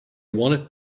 wanted